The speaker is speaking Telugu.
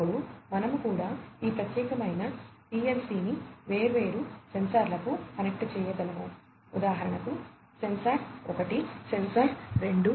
అప్పుడు మనము కూడా ఈ ప్రత్యేకమైన పిఎల్సిని వేర్వేరు సెన్సార్లకు కనెక్ట్ చేయగలము ఉదాహరణకు సెన్సార్ 1 సెన్సార్ 2